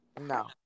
No